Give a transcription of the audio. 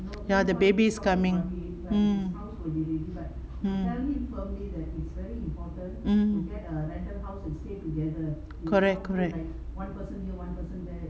ya the baby's coming mm mm mm correct correct